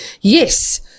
Yes